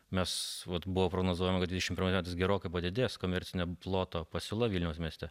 mes vat buvo prognozuojama kad dvidešimt pirmais metais gerokai padidės komercinio ploto pasiūla vilniaus mieste